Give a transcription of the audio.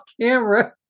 camera